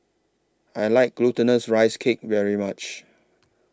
I like Glutinous Rice Cake very much